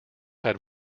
had